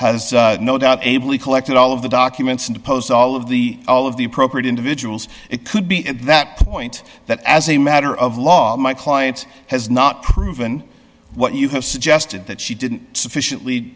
has no doubt ably collected all of the documents in the post all of the all of the appropriate individuals it could be at that point that as a matter of law my client has not proven what you have suggested that she didn't sufficiently